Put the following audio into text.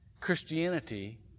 Christianity